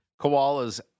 koalas